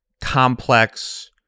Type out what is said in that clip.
complex